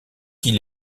qu’il